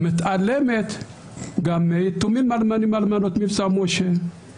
מתעלמת מיתומים ואלמנים ואלמנות במבצע משה.